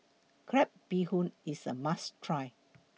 Crab Bee Hoon IS A must Try